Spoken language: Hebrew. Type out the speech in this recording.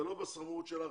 זה לא בסמכות שלך,